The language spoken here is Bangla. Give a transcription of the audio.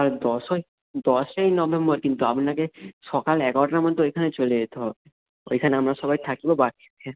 আর দশই দশই নভেম্বর কিন্তু আপনাকে সকাল এগারোটার মধ্যে ওইখানে চলে যেতে হবে ওইখানে আমরা সবাই থাকব হ্যাঁ